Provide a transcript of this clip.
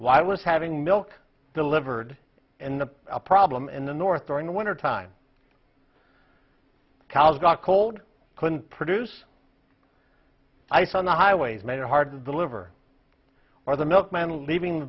was having milk delivered in the problem in the north during the winter time cows got cold couldn't produce ice on the highways made it hard to deliver or the milkman leaving